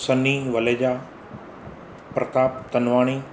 Sunny Valeja Pratap Tanwani